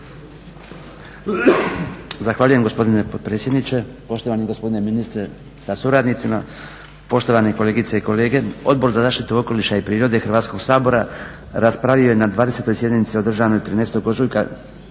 Zahvaljujem gospodine potpredsjedniče, poštovani gospodine ministre sa suradnicima, poštovani kolegice i kolege. Odbor za zaštitu okoliša i prirode Hrvatskog sabora raspravio je na 20. sjednici održanoj 13. ožujka